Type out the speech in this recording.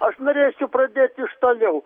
aš norėsiu pradėt iš toliau